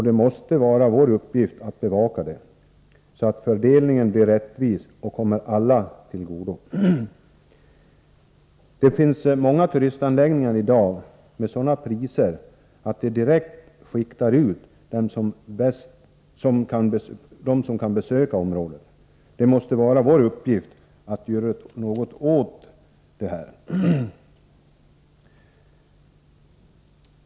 Det måste vara vår uppgift att bevaka detta, så att fördelningen blir rättvis för alla. Många turistanläggningar i dag har sådana priser att de direkt skiktar ut dem som kan besöka området. Det måste vara vår uppgift att göra något åt det här.